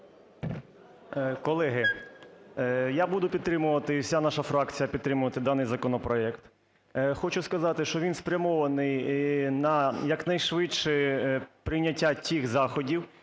Колеги, я буду підтримувати і вся наша фракція підтримувати даний законопроект. Хочу сказати, що він спрямований на якнайшвидше прийняття тих заходів,